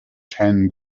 ten